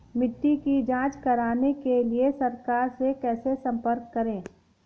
मिट्टी की जांच कराने के लिए सरकार से कैसे संपर्क करें?